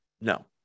no